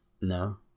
No